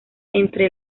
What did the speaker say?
entre